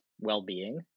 well-being